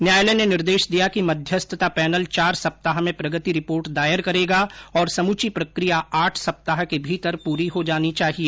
न्यायालय ने निर्देश दिया कि मध्यस्थता पैनल चार सप्ताह में प्रगति रिपोर्ट दायर करेगा और समूची प्रक्रिया आठ सप्ताह के भीतर पूरी हो जानी चाहिए